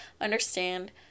understand